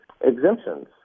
exemptions